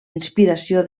inspiració